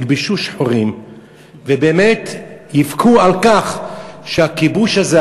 ילבשו שחורים ובאמת יבכו על כך שהכיבוש הזה,